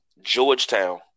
Georgetown